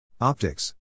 Optics